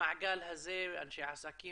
למעגל הזה וכו'